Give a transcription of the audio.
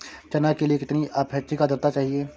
चना के लिए कितनी आपेक्षिक आद्रता चाहिए?